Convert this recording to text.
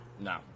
No